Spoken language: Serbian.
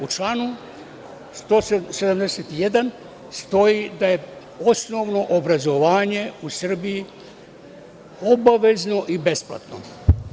U članu 171, stoji da je osnovno obrazovanje u Srbiji obavezno i besplatno.